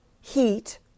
heat